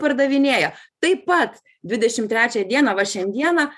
pardavinėja taip pat dvidešim trečią dieną va šiandieną